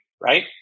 right